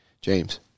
James